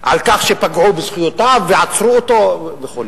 כך שפגעו בזכויותיו ועצרו אותו וכו',